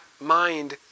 mind